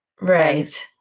right